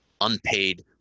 unpaid